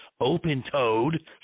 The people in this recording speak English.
open-toed